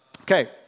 Okay